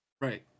Right